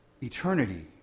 Eternity